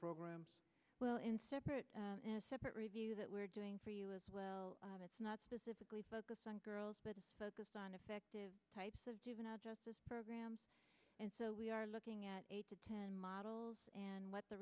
programs well instead in a separate review that we're doing for you as well it's not specifically focused on girls but focus on effective types of juvenile justice programs and so we are looking at eight to ten models and what the